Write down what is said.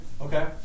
Okay